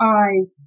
eyes